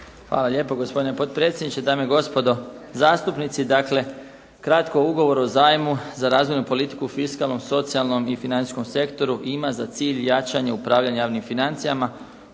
Hvala lijepo. Gospodine potpredsjedniče, dame i gospodo zastupnici. Dakle, kratko ugovor o zajmu za razvojnu politiku, fiskalnu, socijalnom i financijskom sektoru ima za cilj jačanje upravljanja javnim financijama,